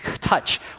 touch